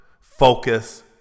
focus